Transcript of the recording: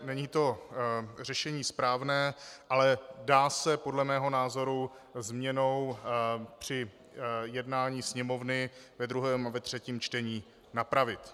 Není to řešení správné, ale dá se podle mého názoru změnou při jednání Sněmovny ve druhém a třetím čtení napravit.